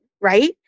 right